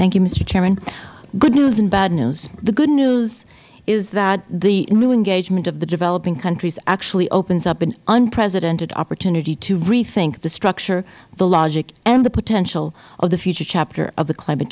mister chairman good news and bad news the good news is that the new engagement of the developing countries actually opens up an unprecedented opportunity to rethink the structure the logic and the potential of the future chapter of the climate